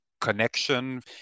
connection